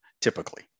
typically